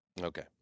Okay